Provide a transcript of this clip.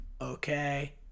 Okay